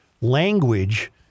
language